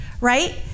right